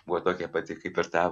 buvo tokia pati kaip ir tavo